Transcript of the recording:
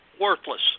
worthless